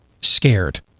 scared